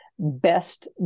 Best